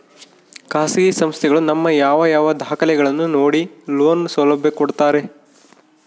ಖಾಸಗಿ ಸಂಸ್ಥೆಗಳು ನಮ್ಮ ಯಾವ ಯಾವ ದಾಖಲೆಗಳನ್ನು ನೋಡಿ ಲೋನ್ ಸೌಲಭ್ಯ ಕೊಡ್ತಾರೆ?